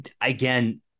again